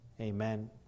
Amen